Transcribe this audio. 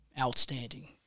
outstanding